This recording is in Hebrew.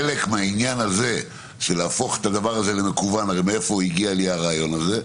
חלק מעניין של הפיכת הדבר הזה למקוון מאיפה הגיע לי הרעיון הזה?